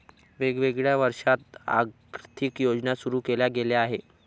वेगवेगळ्या वर्षांत आर्थिक योजना सुरू केल्या गेल्या आहेत